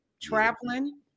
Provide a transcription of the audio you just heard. traveling